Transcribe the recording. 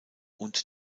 und